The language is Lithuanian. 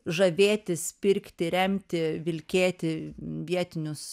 žavėtis pirkti remti vilkėti vietinius